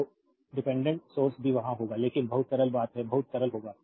तो dependent source भी वहां होगा लेकिन बहुत सरल बाद में बहुत सरल होगा